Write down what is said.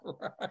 right